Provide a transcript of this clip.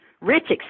rich